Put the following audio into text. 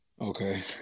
Okay